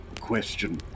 question